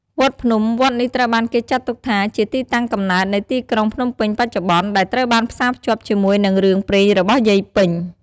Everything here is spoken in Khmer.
វត្តភ្នំ វត្តនេះត្រូវបានគេចាត់ទុកថាជាទីតាំងកំណើតនៃទីក្រុងភ្នំពេញបច្ចុប្បន្ន ដែលត្រូវបានផ្សារភ្ជាប់ជាមួយនឹងរឿងព្រេងរបស់យាយពេញ។